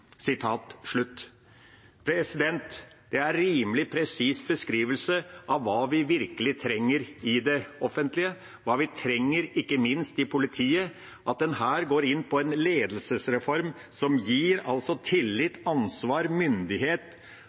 Det er en rimelig presis beskrivelse av hva vi virkelig trenger i det offentlige, hva vi trenger ikke minst i politiet, at en her går inn på en ledelsesreform som gir tillit, ansvar, myndighet,